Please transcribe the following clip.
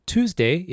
Tuesday